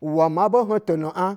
bu wa ma bo hotono an.